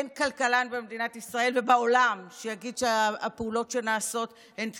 אין כלכלן במדינת ישראל ובעולם שיגיד שהפעולות שנעשות הן תקינות.